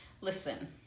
Listen